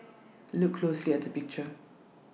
look closely at the picture